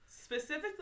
specifically